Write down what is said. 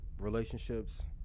relationships